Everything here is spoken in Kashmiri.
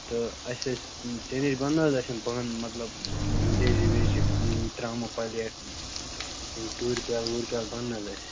تہٕ اَسہِ ٲسۍ ژےٚ نِش بَننہٕ حظ اَسہِ یِم بانہٕ مطلب یِم لیٚجہٕ ویٚجہٕ ترٛاموٗ پَلیٹ یِم ٹوٗر پیٛالہٕ ووٗر پیٛالہٕ بَننہٕ حظ اَسہِ